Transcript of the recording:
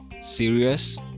serious